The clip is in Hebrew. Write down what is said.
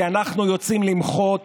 כי אנחנו יוצאים למחות